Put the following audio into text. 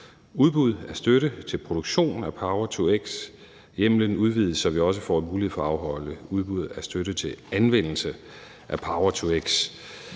udbud af støtte til produktion af power-to-x. Hjemmelen udvides, så vi også får mulighed for at afholde udbud af støtte til anvendelse af power-to-x.